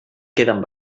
queden